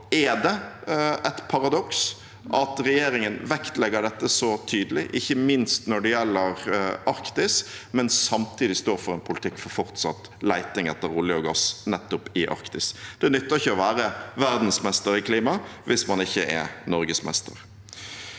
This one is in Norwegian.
er det et paradoks at regjeringen vektlegger dette så tydelig, ikke minst når det gjelder Arktis, men samtidig står for en politikk for fortsatt leting etter olje og gass i nettopp Arktis. Det nytter ikke å være verdensmester i klima hvis man ikke er norgesmester.